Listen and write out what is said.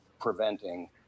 preventing